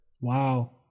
Wow